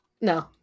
No